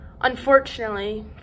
Unfortunately